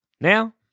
Now